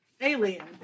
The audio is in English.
Alien